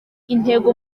intego